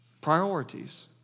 Priorities